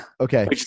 Okay